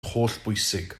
hollbwysig